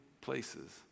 places